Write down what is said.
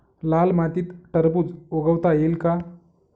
लाल मातीत टरबूज उगवता येईल का?